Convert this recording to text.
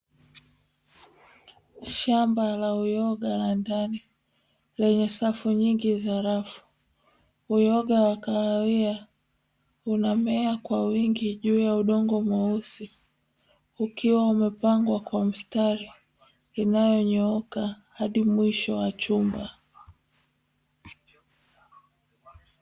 Shamba la uyoga la ndani lenye safu nyingi za rafu, uyoga wa kahawia unamea kwa wingi juu ya udongo mweusi ukiwa umepangwa kwa mstari inayonyooka hadi mwisho wa chumba.